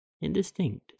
indistinct